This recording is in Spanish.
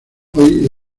hoy